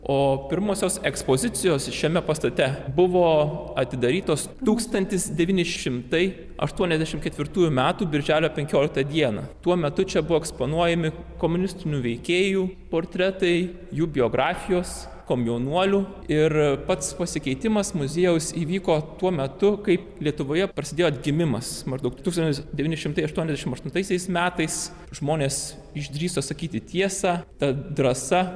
o pirmosios ekspozicijos šiame pastate buvo atidarytos tūkstantis devyni šimtai aštuoniasdešim ketvirtųjų metų birželio penkioliktą dieną tuo metu čia buvo eksponuojami komunistinių veikėjų portretai jų biografijos komjaunuolių ir pats pasikeitimas muziejaus įvyko tuo metu kaip lietuvoje prasidėjo atgimimas maždaug tūkstantis devyni šimtai aštuoniasdešim aštuntaisiais metais žmonės išdrįso sakyti tiesą ta drąsa